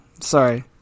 Sorry